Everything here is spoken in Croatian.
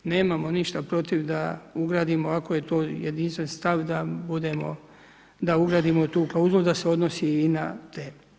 Nemamo ništa protiv da ugradimo ako je to jedinstven stav da budemo, da ugradimo tu klauzulu, da se odnosi i na te.